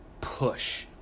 push